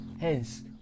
Hence